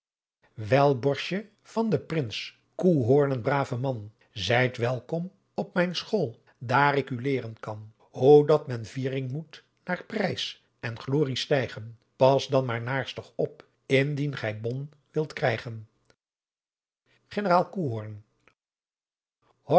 wel borsje van den prins koehooren brave man zijt welkom op mijn school daar ik u leeren kan hoe dat men vierig moet naar prijs en glorie stijgen pas dan maar naarstig op indien gy bon wilt krijgen generaal koehoorn